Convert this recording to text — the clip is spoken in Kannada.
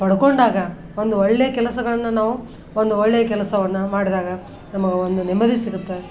ಪಡ್ಕೊಂಡಾಗ ಒಂದು ಒಳ್ಳೆಯ ಕೆಲಸಗಳನ್ನು ನಾವು ಒಂದು ಒಳ್ಳೆಯ ಕೆಲಸವನ್ನು ಮಾಡಿದಾಗ ನಮ್ಗೆ ಒಂದು ನೆಮ್ಮದಿ ಸಿಗುತ್ತೆ